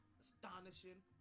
Astonishing